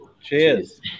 Cheers